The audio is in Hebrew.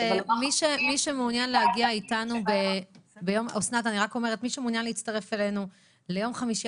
מי שמעוניין להגיע איתנו ביום חמישי הבא,